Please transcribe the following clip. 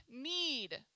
need